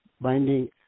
binding